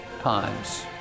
times